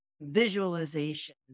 visualization